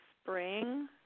spring